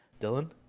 Dylan